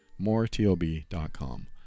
moretob.com